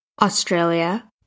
Australia